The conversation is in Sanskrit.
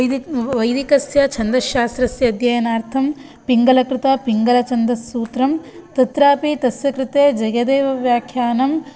वैद वैदिकस्य छन्दश्शास्त्रस्य अध्ययनार्थं पिङ्गलकृता पिङ्गलछन्दस्सूत्रं तत्रापि तस्य कृते जयदेवव्याख्यानं